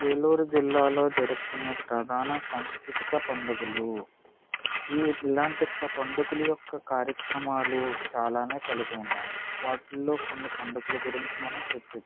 ఏలూరు జిల్లాలో జరుపుకునే ప్రధాన సంస్కృతిక పండుగలు ఈ ఇలాంటి పండుగల యొక్క కార్యక్రమాలు చాలానే కలిగి ఉన్నాయి వాటిల్లో కొన్ని పండుగలు గురించి మనం చర్చిద్దాం